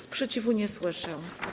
Sprzeciwu nie słyszę.